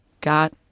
got